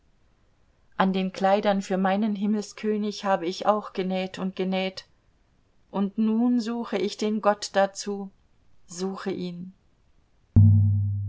an den kleidern für meinen himmelskönig habe ich auch genäht und genäht und nun suche ich den gott dazu suche ihn